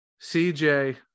CJ